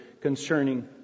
concerning